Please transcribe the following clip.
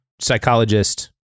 psychologist